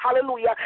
hallelujah